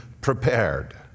prepared